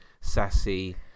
sassy